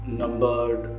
numbered